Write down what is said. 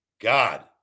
God